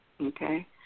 Okay